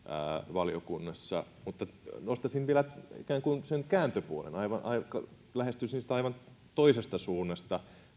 valiokunnassa mutta nostaisin vielä ikään kuin sen kääntöpuolen lähestyisin samansuuntaista kysymystä aivan toisesta suunnasta